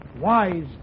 wise